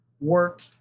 work